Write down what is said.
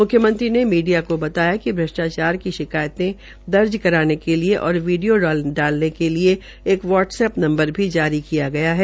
मुख्यमंत्री ने मीडिया को बतया कि भ्रष्टाचार की शिकायते दर्ज कराने के लिये और वीडियो डालने के लिए एक वाट्सएप्प नंवबर भी जारी किया गया है